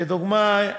לדוגמה,